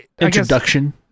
Introduction